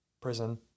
prison